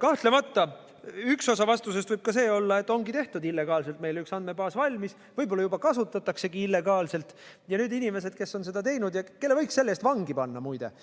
Kahtlemata, üks osa vastusest võib ka see olla, et ongi tehtud illegaalselt meil üks andmebaas valmis, võib-olla seda juba kasutataksegi illegaalselt. Ja nüüd inimesed, kes on seda teinud ja kelle võiks selle eest vangi panna, muide,